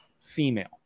Female